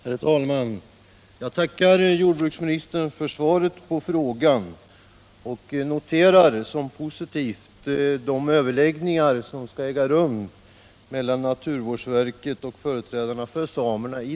Herr talman! Jag tackar jordbruksministern för svaret på frågan och noterar som positivt att överläggningar i dessa frågor skall äga rum mellan naturvårdsverket och företrädarna för samerna.